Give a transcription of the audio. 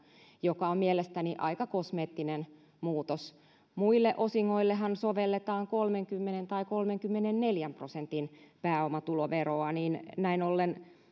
joka on mielestäni aika kosmeettinen muutos muille osingoillehan sovelletaan kolmekymmentä tai kolmenkymmenenneljän prosentin pääomatuloveroa niin että näin ollen